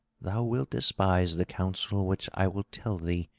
thou wilt despise the counsel which i will tell thee,